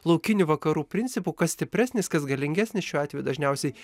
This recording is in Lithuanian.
laukinių vakarų principu kas stipresnis kas galingesnis šiuo atveju dažniausiai